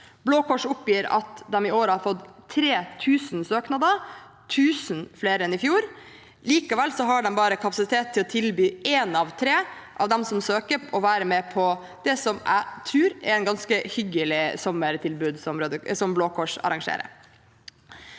Blå Kors oppgir at de i år har fått 3 000 søknader, 1 000 flere enn i fjor. Likevel har de bare kapasitet til å tilby én av tre som søker, å være med på det som jeg tror er et ganske hyggelig sommertilbud, som Blå Kors arrangerer.